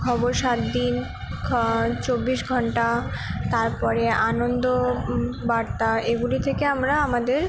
খবর সাত দিন চব্বিশ ঘন্টা তারপরে আনন্দ বার্তা এগুলি থেকে আমরা আমাদের